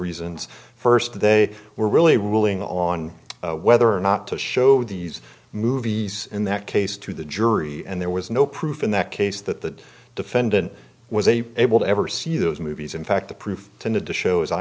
reasons first they were really ruling on whether or not to show these movies in that case to the jury and there was no proof in that case that the defendant was a able to ever see those movies in fact the proof tended to show as i